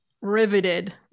riveted